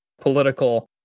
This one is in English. political